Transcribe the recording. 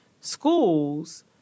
schools